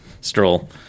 Stroll